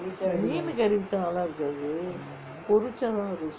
மீனு:meenu curry வச்சா நல்லா இருக்காது:vachaa nalla irukkathu